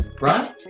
right